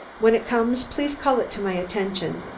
when it comes please call it to my attention.